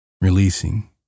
Releasing